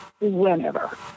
Whenever